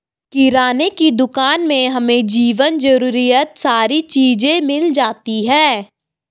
किराने की दुकान में हमें जीवन जरूरियात सारी चीज़े मिल जाती है